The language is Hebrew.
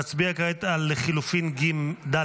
נצביע כעת על לחלופין ד'.